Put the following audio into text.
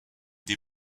des